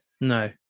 No